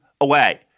away